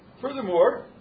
Furthermore